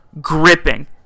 gripping